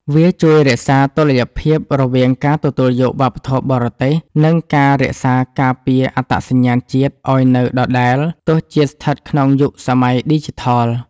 វាជួយរក្សាតុល្យភាពរវាងការទទួលយកវប្បធម៌បរទេស និងការរក្សាការពារអត្តសញ្ញាណជាតិឱ្យនៅដដែលទោះជាស្ថិតក្នុងយុគសម័យឌីជីថល។